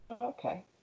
okay